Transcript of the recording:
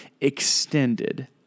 extended